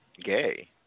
gay